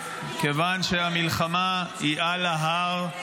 שהמלחמה -- מה הקשר ----- היא על ההר,